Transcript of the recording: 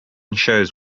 shows